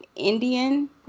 indian